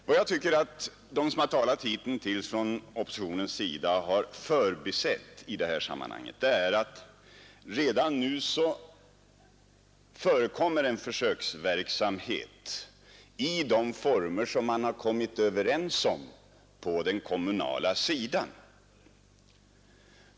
Vad jag tycker att de som talat hitintills från reservanternas sida har förbisett i det här sammanhanget är att redan nu förekommer en försöksverksamhet i former som man har kommit överens om på den kommunala sidan.